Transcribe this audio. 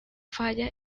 falla